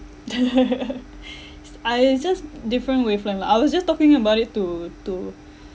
s~ I it's just different wavelength lah I was just talking about it to to